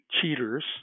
cheaters